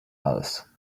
else